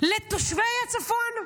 לתושבי הצפון,